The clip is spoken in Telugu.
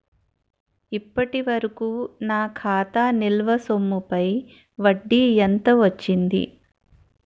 ఇప్పటి వరకూ నా ఖాతా నిల్వ సొమ్ముపై వడ్డీ ఎంత వచ్చింది?